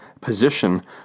position